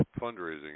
fundraising